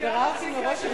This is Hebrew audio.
ביררתי מראש,